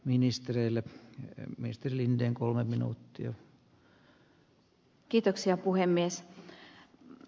ministereillä ei ministeri linden kolme arvoisa puhemies